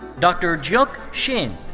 dr. jiuk shin.